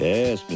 Yes